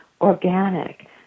organic